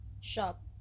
shop